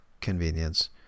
Convenience